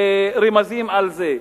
רמזים על זה.